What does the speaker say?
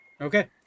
Okay